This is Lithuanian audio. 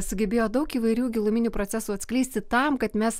sugebėjo daug įvairių giluminių procesų atskleisti tam kad mes